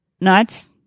nuts